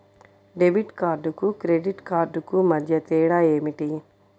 Debit కార్డుకు credit credit కార్డుకు మధ్య తేడా ఏమిటీ?